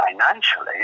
financially